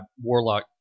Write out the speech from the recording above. warlock